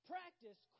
Practice